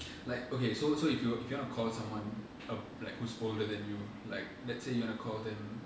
like okay so so if you if you wanna call someone a like who's older than you like let's say you wanna to call them